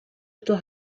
little